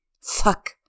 Fuck